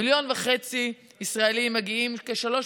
מיליון וחצי ישראלים מגיעים כשלוש